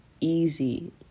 easy